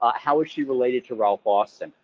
ah how is she related to ralph austin,